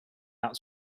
out